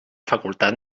facultat